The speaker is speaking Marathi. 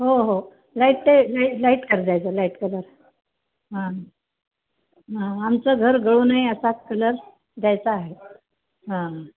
हो हो लाईट ते ला लाईट कल द्यायचा लाईट कलर हां हां आमचं घर गळू नये असाच कलर द्यायचा आहे हां